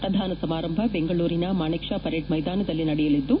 ಪ್ರಧಾನ ಸಮಾರಂಭ ಬೆಂಗಳೂರಿನ ಮಾಣಿಕ್ ಪಾ ಪೆರೇಡ್ ಮೈದಾನದಲ್ಲಿ ನಡೆಯಲಿದ್ದು